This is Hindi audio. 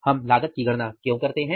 हम लागत की गणना क्यों करते हैं